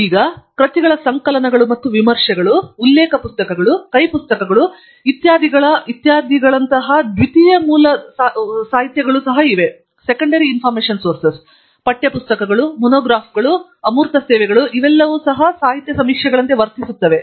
ಮತ್ತು ಕೃತಿಗಳ ಸಂಕಲನಗಳು ಮತ್ತು ವಿಮರ್ಶೆಗಳು ಉಲ್ಲೇಖ ಪುಸ್ತಕಗಳು ಕೈ ಪುಸ್ತಕಗಳು ಇತ್ಯಾದಿಗಳಂತಹ ದ್ವಿತೀಯಕ ಮೂಲ ಸಾಹಿತ್ಯಗಳು ಇವೆ ಪಠ್ಯ ಪುಸ್ತಕಗಳು ಮಾನೋಗ್ರಾಫ್ಗಳು ಮತ್ತು ಅಮೂರ್ತ ಸೇವೆಗಳು ಇವೆಲ್ಲವೂ ಸಹ ಸಾಹಿತ್ಯ ಸಮೀಕ್ಷೆಗಳಂತೆ ವರ್ತಿಸುತ್ತವೆ